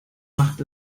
macht